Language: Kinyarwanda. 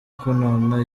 konona